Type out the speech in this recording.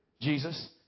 Jesus